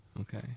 Okay